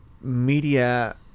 media